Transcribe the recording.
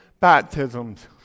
baptisms